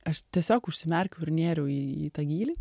aš tiesiog užsimerkiau ir nėriau į į tą gylį